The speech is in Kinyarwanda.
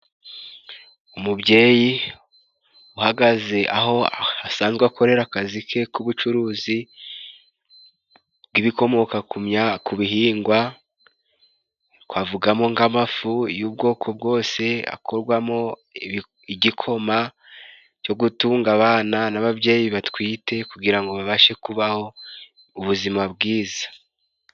Umubyeyi uhagaze aho asanzwe akorera akazi ke k'ubucuruzi bw'ibikomoka ku bihingwa, twavugamo nk'amafu y'ubwoko bwose akorwamo igikoma cyo gutunga abana n'ababyeyi batwite, kugira ngo babashe kubaho ubuzima bwiza.